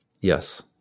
Yes